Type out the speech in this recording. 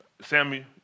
Sammy